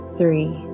three